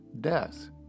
death